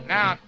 Now